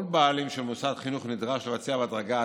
כל בעלים של מוסד חינוך נדרש לבצע בהדרגה,